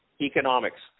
economics